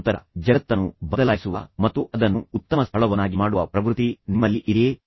ತದನಂತರ ಜಗತ್ತನ್ನು ಬದಲಾಯಿಸುವ ಮತ್ತು ಅದನ್ನು ಉತ್ತಮ ಸ್ಥಳವನ್ನಾಗಿ ಮಾಡುವ ಪ್ರವೃತ್ತಿ ನಿಮ್ಮಲ್ಲಿ ಇದೆಯೇ